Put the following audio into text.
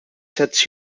sets